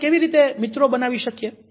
આપણે કેવી રીતે મિત્રો બનાવી શકીએ